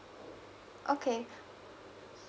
okay